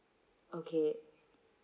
okay